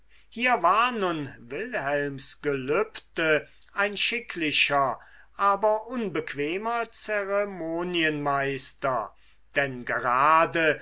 hier war nun wilhelms gelübde ein schicklicher aber unbequemer zeremonienmeister denn gerade